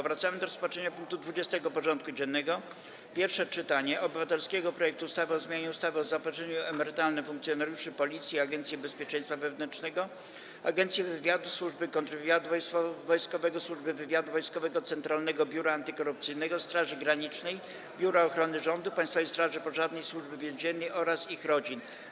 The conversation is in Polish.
Powracamy do rozpatrzenia punktu 20. porządku dziennego: Pierwsze czytanie obywatelskiego projektu ustawy o zmianie ustawy o zaopatrzeniu emerytalnym funkcjonariuszy Policji, Agencji Bezpieczeństwa Wewnętrznego, Agencji Wywiadu, Służby Kontrwywiadu Wojskowego, Służby Wywiadu Wojskowego, Centralnego Biura Antykorupcyjnego, Straży Granicznej, Biura Ochrony Rządu, Państwowej Straży Pożarnej i Służby Więziennej oraz ich rodzin.